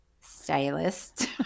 stylist